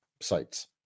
sites